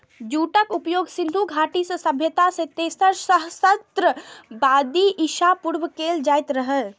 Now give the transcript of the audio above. जूटक उपयोग सिंधु घाटी सभ्यता मे तेसर सहस्त्राब्दी ईसा पूर्व कैल जाइत रहै